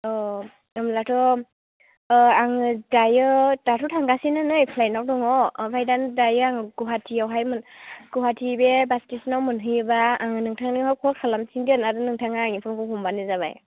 होमब्लाथ' आङो दायो दाथ' थांगासिनो नै प्लाइटआव दङ ओमफ्राय दानो दायो आं गुवाहाटियावहाय मोन गुवाहाटि बे बास स्टेसनआव मोनहैयोबा आङो नोंथांनो कल खालामफिनगोन आरो नोंथाङा आंनि फनखौ हमबानो जाबाय